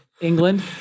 England